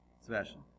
Sebastian